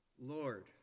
Lord